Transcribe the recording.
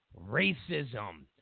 racism